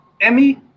Emmy